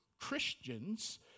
Christians